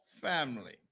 family